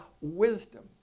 Wisdom